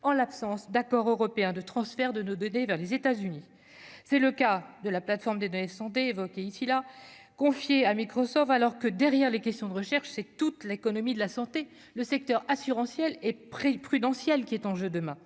en l'absence d'accord européen de transfert de de donner vers les États-Unis, c'est le cas de la plateforme des données santé évoqué ici la confier à Microsoft, alors que derrière, les questions de recherche, c'est toute l'économie de la santé, le secteur assurantiel et pris prudentielles qui est en jeu, demain